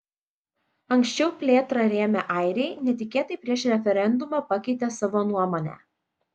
anksčiau plėtrą rėmę airiai netikėtai prieš referendumą pakeitė savo nuomonę